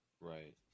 Right